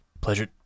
Pleasure